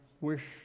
wish